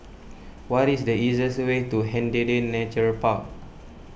what is the easiest way to Hindhede Nature Park